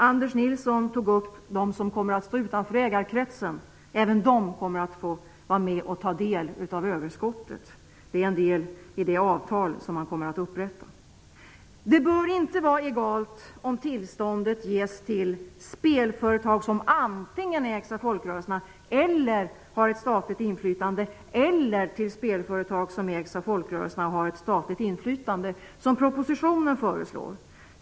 Anders Nilsson tog upp frågan om dem som kommer att stå utanför ägarkretsen. Även de kommer att få vara med och ta del av överskottet. Det är en del i det avtal som man kommer att upprätta. Det bör inte vara egalt om tillståndet ges till spelföretag som antingen ägs av folkrörelserna eller har ett statligt inflytande eller till spelföretag som ägs av folkrörelserna och har ett statligt inflytande, som propositionen föreslår.